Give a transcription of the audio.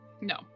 No